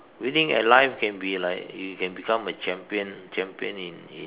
winning at life can be like you can become a champion champion in in